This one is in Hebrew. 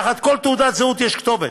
תחת כל תעודת זהות יש כתובת,